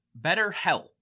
BetterHelp